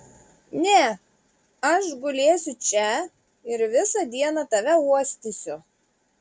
ne aš gulėsiu čia ir visą dieną tave uostysiu